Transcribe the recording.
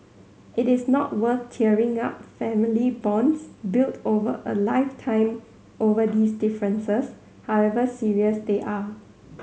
it is not worth tearing up family bonds built over a lifetime over these differences however serious they are